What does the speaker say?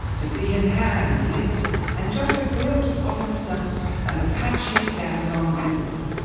to see his hands lit and just a glimpse of himself and the patch he stands on visible,